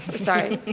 sorry.